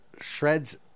shreds